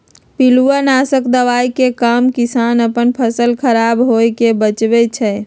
पिलुआ नाशक दवाइ के काम किसान अप्पन फसल ख़राप होय् से बचबै छइ